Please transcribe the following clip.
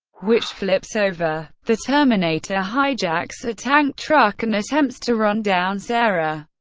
which flips over. the terminator hijacks a tank truck and attempts to run down sarah,